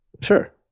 Sure